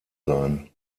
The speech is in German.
sein